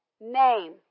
name